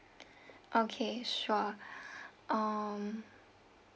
okay sure um